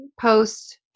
post